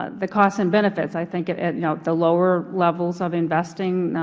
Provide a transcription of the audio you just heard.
ah the costs and benefits. i think at at you know the lower levels of investing,